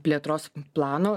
plėtros plano